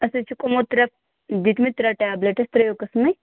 اَسہِ حَظ چھِ یِمو ترٛےٚ دِتمٕتۍ ترٛےٚ ٹیبلِٹٕس ترٛیو قٕسمٕکۍ